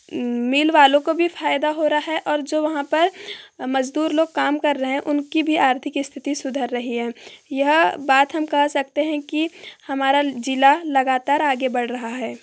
मिल वालों को भी फ़ायदा हो रहा है और जो वहाँ पर मज़दूर लोग काम कर रहे हैं उनकी भी आर्थिक स्तिथि सुधर रही है यह बात हम कह सकते हैं कि हमारा जिला लगातार आगे बढ़ रहा है